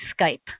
Skype